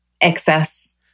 Excess